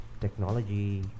technology